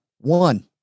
One